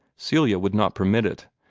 celia would not permit it,